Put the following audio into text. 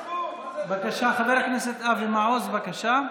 בבקשה, חבר הכנסת אבי מעוז, בבקשה.